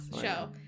show